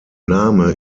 name